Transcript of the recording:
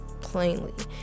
plainly